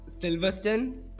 Silverstone